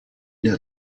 der